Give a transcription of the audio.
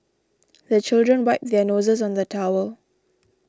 the children wipe their noses on the towel